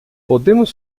podemos